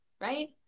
right